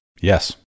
Yes